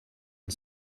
and